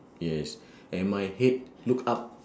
yes and my head look up